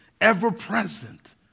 ever-present